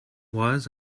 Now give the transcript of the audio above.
was